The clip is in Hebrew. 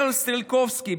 ברל סטרלקובסקי,